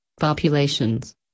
populations